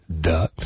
Duh